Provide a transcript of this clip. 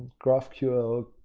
graph ql,